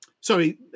sorry